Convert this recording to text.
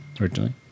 originally